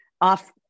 off